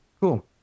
cool